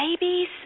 babies